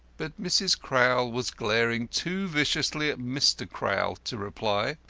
but mrs. crowl was glaring too viciously at mr. crowl to reply.